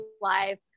live